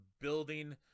building